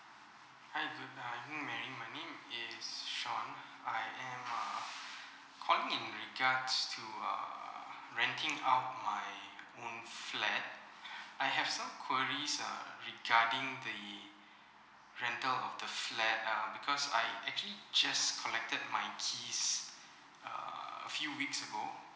hi good uh evening mary my name is shawn I am err calling with regards to uh renting out my own flat I have some queries uh regarding the rental of the flat uh because I actually just collected my keys uh a few weeks ago